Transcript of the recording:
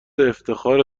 افتخاره